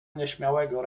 nieśmiałego